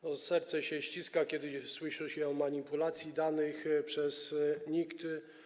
No, serce się ściska, kiedy słyszy się o manipulacji danymi przez NIK.